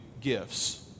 gifts